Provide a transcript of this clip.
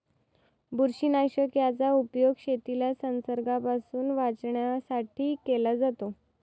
बुरशीनाशक याचा उपयोग शेतीला संसर्गापासून वाचवण्यासाठी केला जातो